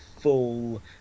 full